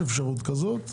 אפשרות כזאת.